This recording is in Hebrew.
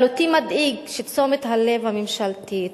אבל אותי מדאיג שתשומת הלב הממשלתית,